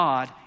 God